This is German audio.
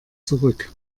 zurück